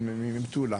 או ממטולה,